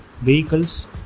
vehicles